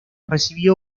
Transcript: recibió